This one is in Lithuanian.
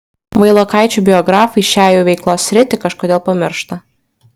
vailokaičių biografai šią jų veiklos sritį kažkodėl pamiršta